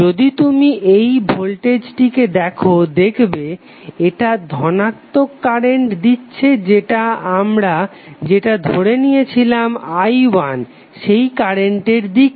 যদি তুমি এই ভোল্টেজটিকে দেখো দেখবে এটা ধনাত্মক কারেন্ট দিচ্ছে যেটা আমরা যেটা ধরে নিয়েছিলাম i1 সেই কারেন্টের দিকে